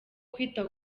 kwita